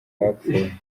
bapfuye